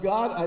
God